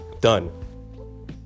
Done